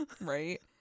Right